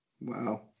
Wow